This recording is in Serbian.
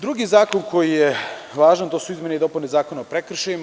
Drugi zakon koji je važan, to su izmene i dopune Zakona o prekršajima.